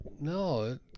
No